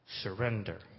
Surrender